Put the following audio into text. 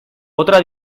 otra